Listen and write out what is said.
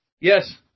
Yes